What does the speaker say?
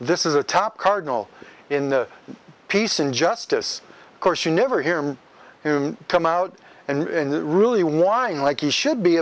this is a top cardinal in the peace and justice course you never hear him whom come out and really whine like he should be